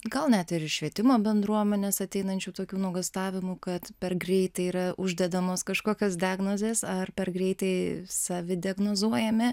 gal net ir iš švietimo bendruomenės ateinančių tokių nuogąstavimų kad per greitai yra uždedamos kažkokios diagnozės ar per greitai savi diagnozuojami